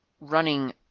running